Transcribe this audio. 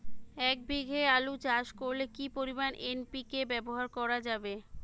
এক বিঘে আলু চাষ করলে কি পরিমাণ এন.পি.কে ব্যবহার করা যাবে?